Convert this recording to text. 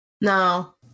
No